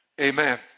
Amen